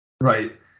Right